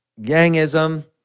Yangism